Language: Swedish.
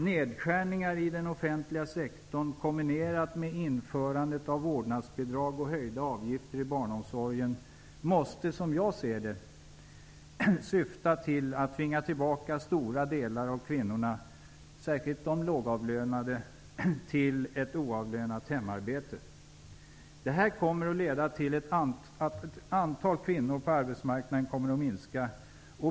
Nedskärningar i den offentliga sektorn i kombination med införandet av vårdnadsbidrag och höjda avgifter i barnomsorgen måste, som jag ser det, syfta till att tvinga tillbaka stora delar av den kvinnliga befolkningen, särskilt de lågavlönade kvinnorna, till ett oavlönat hemarbete. Detta kommer att leda till att antalet kvinnor på arbetsmarknaden kommer att minska.